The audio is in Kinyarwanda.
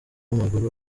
w’amaguru